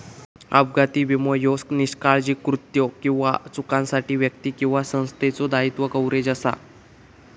अपघाती विमो ह्यो निष्काळजी कृत्यो किंवा चुकांसाठी व्यक्ती किंवा संस्थेचो दायित्व कव्हरेज असा